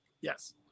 yes